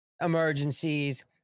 emergencies